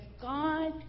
God